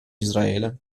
israele